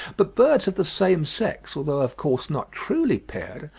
but birds of the same sex, although of course not truly paired,